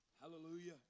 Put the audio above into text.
Hallelujah